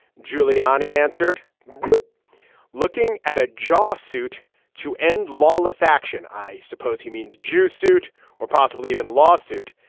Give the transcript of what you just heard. giuliani answered group looking at a jaw suit to end lawless action. i suppose he means jew suit or possibly even lawsuit.